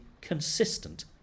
consistent